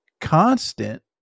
constant